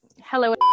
Hello